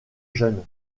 jeune